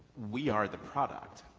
we are the product.